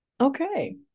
Okay